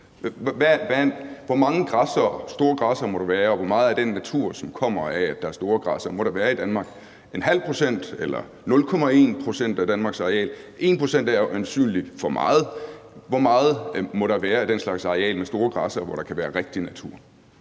Hvor mange store græssere må der være? Og hvor meget af den natur, som kommer af, at der er store græssere, må der være i Danmark – ½ pct. eller 0,1 pct. af Danmarks areal? 1 pct. er øjensynligt for meget. Hvor meget må der være af den slags areal med store græssere, hvor der kan være rigtig natur?